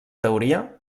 teoria